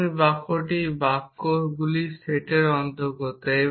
এবং এই বাক্যটি বাক্যগুলির সেটের অন্তর্গত